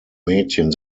mädchen